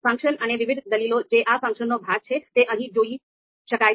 function અને વિવિધ દલીલો જે આ ફંક્શનનો ભાગ છે તે અહીં જોઈ શકાય છે